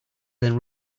than